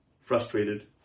frustrated